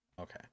okay